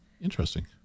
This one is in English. Interesting